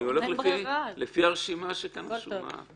אני הולך לפי הרשימה שכאן רשומה.